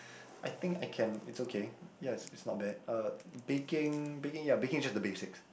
I think I can it's okay ya it's it's not bad uh baking baking ya baking is just the basics